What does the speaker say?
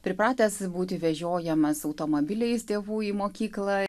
pripratęs būti vežiojamas automobiliais tėvų į mokyklą